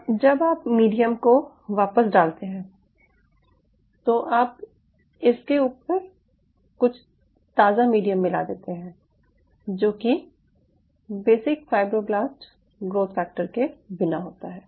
और जब आप मीडियम को वापस डालते हैं तो आप इसके ऊपर कुछ ताज़ा मीडियम मिला देते हैं जो कि बेसिक फाईब्रोब्लास्ट ग्रोथ फैक्टर के बिना होता है